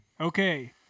okay